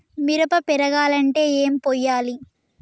మిరప పెరగాలంటే ఏం పోయాలి?